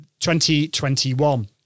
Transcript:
2021